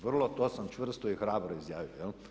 Vrlo to sam čvrsto i hrabro izjavio.